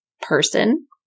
person